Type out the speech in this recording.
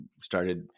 started